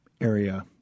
area